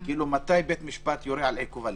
מתי בית המשפט יורה על עיכוב הליכים: